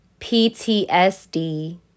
PTSD